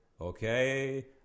okay